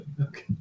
okay